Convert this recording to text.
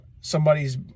somebody's